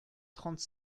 trente